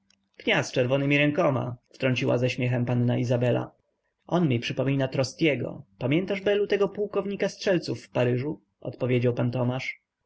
z czerwonemi rękoma wtrąciła ze śmiechem panna izabela on mi przypomina trostiego pamiętasz belu tego pułkownika strzelców w paryżu odpowiedział pan tomasz